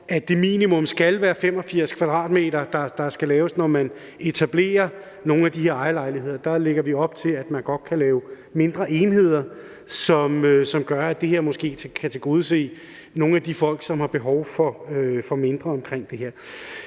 at det minimum skal være 85 m², der skal laves, når man etablerer nogle af de her ejerlejligheder. Det lægger vi op til med, at man godt kan lave mindre enheder, som gør, at det her måske kan tilgodese nogle af de folk, som har behov for mindre. Det,